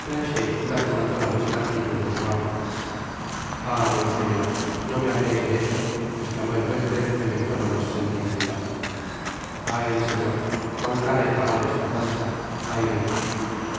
iba tomando la misma actitud de su amo ah monseñor no me hableis de eso esclamó el huésped en el tono mas sentimental ay t señor i cuán cara he pagado esta falta ay de mí